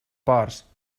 ports